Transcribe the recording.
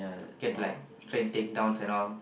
get like train take downs and all